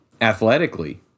athletically